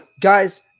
guys